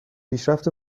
پیشرفت